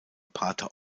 pater